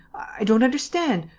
i don't understand.